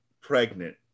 pregnant